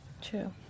True